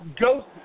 ghost